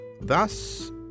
Thus